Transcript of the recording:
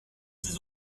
ses